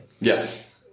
Yes